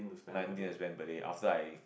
nineteen to spend per day after I